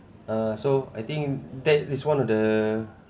uh so I think that is one of the